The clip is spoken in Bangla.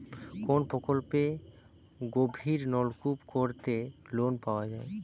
কোন প্রকল্পে গভির নলকুপ করতে লোন পাওয়া য়ায়?